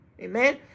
Amen